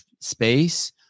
space